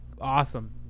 awesome